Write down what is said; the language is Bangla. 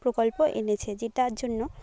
প্রকল্প এনেছে যেটার জন্য